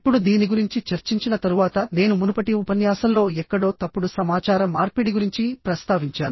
ఇప్పుడు దీని గురించి చర్చించిన తరువాత నేను మునుపటి ఉపన్యాసంలో ఎక్కడో తప్పుడు సమాచార మార్పిడి గురించి ప్రస్తావించాను